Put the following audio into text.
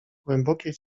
głębokie